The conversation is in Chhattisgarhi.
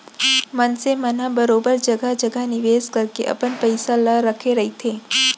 मनसे मन ह बरोबर जघा जघा निवेस करके अपन पइसा ल रखे रहिथे